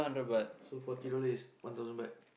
so forty dollar is one thousand butt